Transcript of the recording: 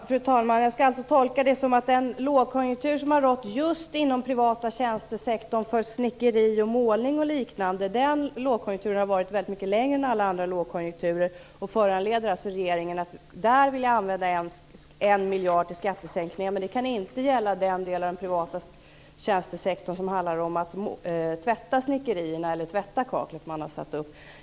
Fru talman! Jag skall alltså tolka svaret som att den lågkonjunktur som har rått just inom den privata tjänstesektorn för snickeri och målning och liknande har varat mycket längre än alla andra lågkonjunkturer. Den föranleder alltså regeringen att där använda 1 miljard till skattesänkningar. Men det kan inte gälla den del av den privata tjänstesektorn som handlar om att tvätta snickerierna eller kaklet man har satt upp.